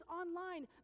online